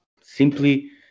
simply